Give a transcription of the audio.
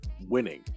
winning